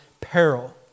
peril